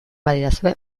badidazue